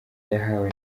yahawe